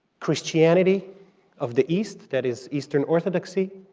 christianity of the east, that is eastern orthodoxy,